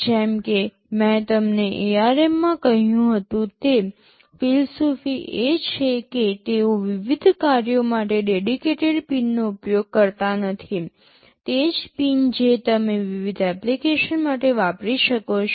જેમ કે મેં તમને ARM માં કહ્યું હતું તે ફિલોસોફી એ છે કે તેઓ વિવિધ કાર્યો માટે ડેડીકેટેડ પિનનો ઉપયોગ કરતા નથી તે જ પિન જે તમે વિવિધ એપ્લિકેશન માટે વાપરી શકો છો